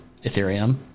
ethereum